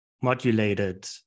modulated